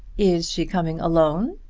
is she coming alone?